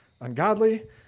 ungodly